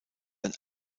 ein